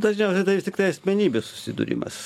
dažniausiai tai vis tiktai asmenybių susidūrimas